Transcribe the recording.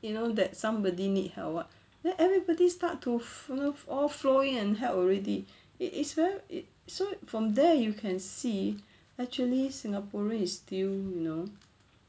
you know that somebody need or what then everybody start to flew all flow in and help already it is where it so from there you can see actually singaporean is still you know